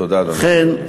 תודה, אדוני.